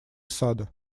сада